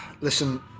listen